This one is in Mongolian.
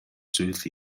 зүйл